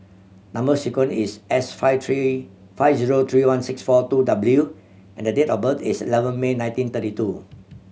number sequence is S five three five zero three one six four two W and date of birth is eleven May nineteen thirty two